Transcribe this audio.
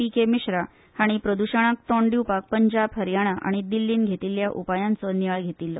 P K Mishra हांणी प्रद्शणाक तोंड दिवपाक पंजाबा हरयाणा आनी दिल्लीन घेतिल्ल्या उपायांचो नियाळ घेतिल्लो